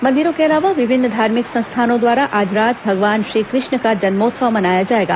मंदिरों के अलावा विभिन्न धार्मिक संस्थानों द्वारा आज रात भगवान श्रीकृष्ण का जन्मोत्सव मनाया जाएगा